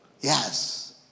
Yes